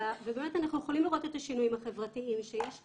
ובאמת אנחנו יכולים לראות את השינויים החברתיים שיש כבר,